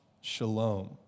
Shalom